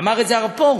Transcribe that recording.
אמר הרב פרוש,